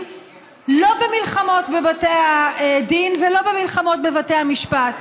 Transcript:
לא במלחמות בבתי הדין ולא במלחמות בבתי המשפט.